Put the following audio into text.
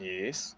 Yes